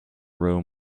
room